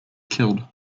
killed